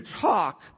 talk